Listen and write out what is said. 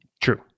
True